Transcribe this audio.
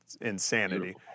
insanity